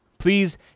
Please